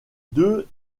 deux